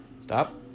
Stop